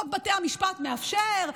חוק בתי המשפט מאפשר,